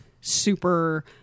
super